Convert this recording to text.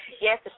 Yes